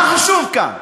מה חשוב כאן?